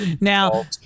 Now